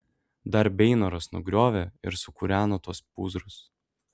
dar beinoras nugriovė ir sukūreno tuos pūzrus